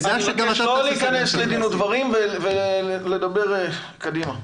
אני מבקש לא להיכנס לדין ודברים ולדבר קדימה.